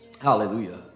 hallelujah